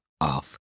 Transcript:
off